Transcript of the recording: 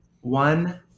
One